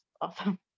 awesome